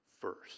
first